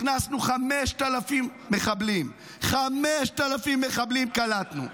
הכנסנו 5,000 מחבלים, 5,000 מחבלים קלטנו.